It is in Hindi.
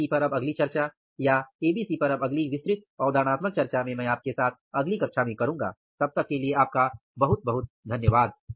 ABC पर अब अगली चर्चा या ABC पर अब अगली विस्तृत अवधारणात्मक चर्चा में आपके साथ अगली कक्षा में करूंगा तब तक के लिए आपका बहुत बहुत धन्यवाद